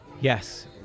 Yes